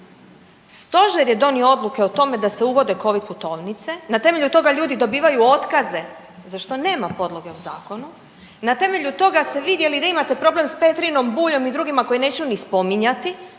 Stožer je donio odluke o tome da se uvode Covid putovnice, na temelju toga ljudi dobivaju otkaze za što nema podloge u zakonu i na temelju toga ste vidjeli da imate problem sa Petrinom, Buljem koje neću ni spominjati